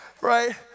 right